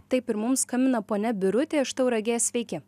taip ir mum skambina ponia birutė iš tauragės sveiki